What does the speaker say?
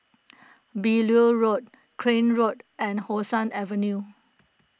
Beaulieu Road Crane Road and How Sun Avenue